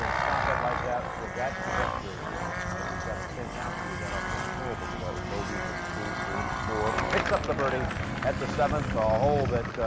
stop it like that with that trajectory at the seventh stankowski got off to a horrible start with bogeys at two, three and four picks up the birdie at the seventh ah a hole that